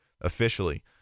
officially